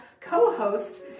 co-host